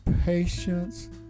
patience